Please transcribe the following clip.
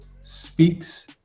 speaks